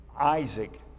Isaac